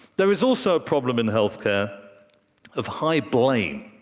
there is also a problem in health care of high blame.